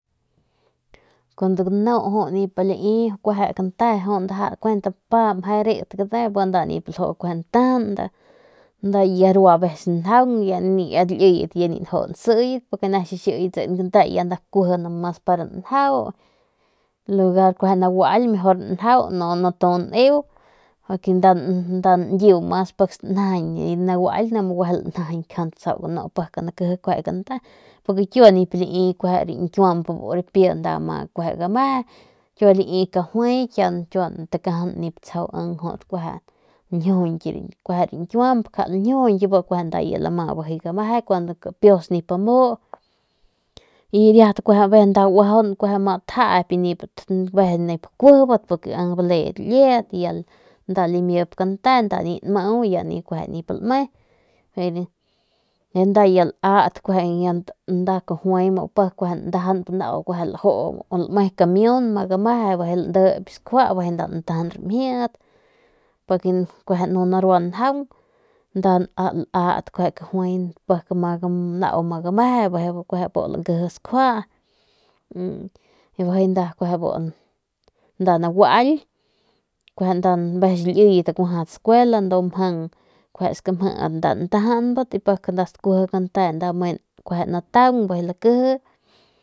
Cuando gnu nip lii kante ndaja kuent kpa jui arit y nda nip ljuu lantajan y avecesnda arua njaun ru lieyet ya nip nda lju nseyet ne chixieyet si ni limi cante ya no mas pa nda njau ya nda ni naguail porque nip limi kante no ms pa nda njau pa ni natu ndiu nda nyiu pik stanjajiñ y nda naguail kjant lanjajiñ asta ke nda lankeje kante porque kiua kueje nip lii bi nkiuamp biu kua nda gama lii kajuai pik kiua takajan nip tsjau linjiujuñk ru kueje nkiuamp kue linjiujuñ kueje nda ma gameje kpius nip amu y riat nda ma aujan y nip tjaap pus aveces nip kuejep porque in balidat liedat nda limiep kante nda kueje nip lme be ya nda lat kajuai kueje ndajamp kueje lme kimiun ma gameje landep skjua beje nda lantajan rimjiet pake kueje nda no narua njan pik kajuai pik nda magameje beje kueje lankeje skjua biu ku nda naguail kuje aveces kit lieyet acuajadat scuela du mjan kueje scamjeet nda lantajanbat pik nda stuje cante nda lme ke ntan beje lakeje.